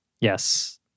yes